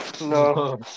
No